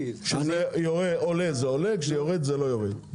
כשזה עולה זה עולה, כשזה יורד זה לא יורד.